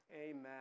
Amen